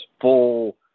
full